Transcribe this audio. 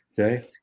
okay